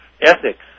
ethics